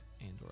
Andor